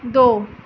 ਦੋ